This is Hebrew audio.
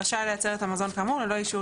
רשאי לייצר את המזון כאמור ללא אישור